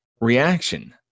reaction